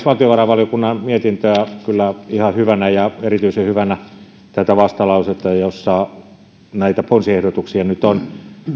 valtiovarainvaliokunnan mietintöä kyllä ihan hyvänä ja erityisen hyvänä tätä vastalausetta jossa näitä ponsiehdotuksia nyt on